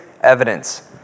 evidence